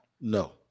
No